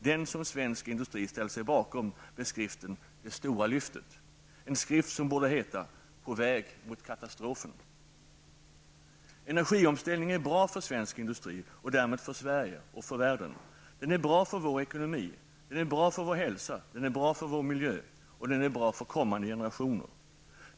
Denna ställer svensk industri sig bakom med skriften Det stora lyftet. Det är en skrift som borde heta På väg mot katastrofen. Energiomställningen är bra för svensk industri och därmed för Sverige och världen. Den är bra för vår ekonomi, vår hälsa, vår miljö, och den är bra för kommande generationer.